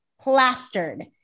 plastered